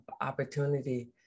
opportunity